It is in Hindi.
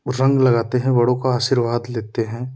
रंग लगाते हैं बड़ों का आशीर्वाद लेते हैं